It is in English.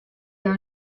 are